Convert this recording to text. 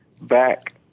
back